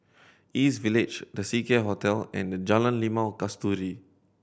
East Village The Seacare Hotel and Jalan Limau Kasturi